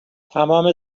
تمام